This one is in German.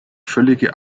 völlige